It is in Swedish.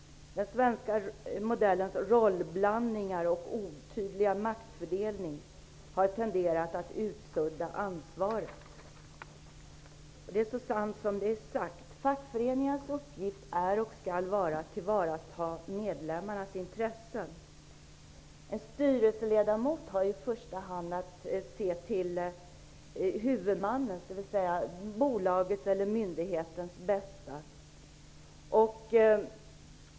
Den svenska modellens rollblandningar och otydliga maktfördelning har tenderat att utsudda ansvaret. Det är så sant som det är sagt. Fackföreningars uppgift är och skall vara att tillvarata medlemmarnas intressen. En styrelseledamot har i första hand att se till huvudmannens, dvs. bolagets eller myndighetens, bästa.